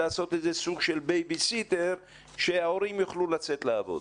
לעשות איזה סוג של בייביסיטר כדי שההורים יוכל ולצאת לבוד.